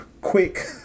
quick